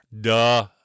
Duh